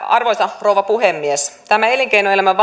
arvoisa rouva puhemies elinkeinoelämän